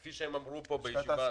כפי שאמרו בישיבה הזאת,